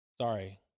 Sorry